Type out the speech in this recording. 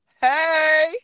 Hey